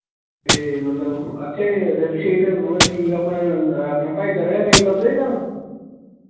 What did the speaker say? ते मतलब अच्छे रेट शेट मतलब ठीक अपने अपने भाईचारे गै रेट लभदे जां